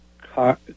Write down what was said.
car